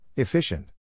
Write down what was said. Efficient